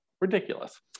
Ridiculous